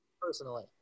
Personally